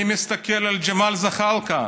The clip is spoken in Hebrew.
אני מסתכל על ג'מאל זחאלקה.